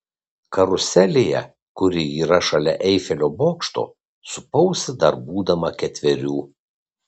karuselėje kuri yra šalia eifelio bokšto supausi dar būdama ketverių